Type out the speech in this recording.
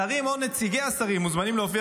שרים או נציגי השרים המוזמנים להופיע